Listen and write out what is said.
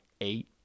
eight